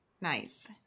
Nice